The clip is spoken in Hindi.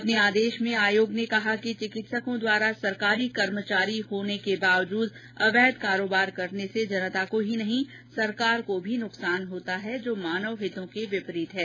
अपने आदेश में आयोग ने कहा कि चिकित्सकों द्वारा सरकारी कर्मचारी होते हुए अवैध कारोबार करने से जनता को ही नहीं सरकार को भी नुकसान होता है जो मानव हितों के विपरीत है